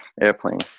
Airplane